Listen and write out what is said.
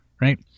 right